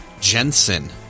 Jensen